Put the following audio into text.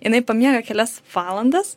jinai pamiega kelias valandas